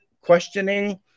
questioning